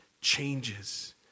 changes